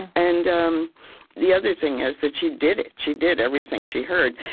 and um the other thing is that she did it. she did everything she heard,